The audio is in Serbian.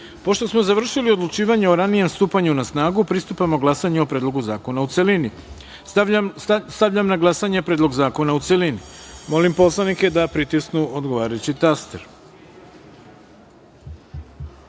smo završili odlučivanje o ranijem stupanju na snagu, pristupamo glasanju o Predlogu zakona u celini. Stavljam na glasanje Predlog zakona, u celini. Molim poslanike da pritisnu odgovarajući